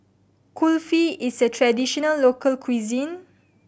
Kulfi is a traditional local cuisine